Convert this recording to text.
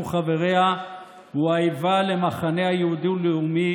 חבריה הוא האיבה למחנה היהודי-לאומי